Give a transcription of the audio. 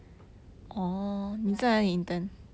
yeah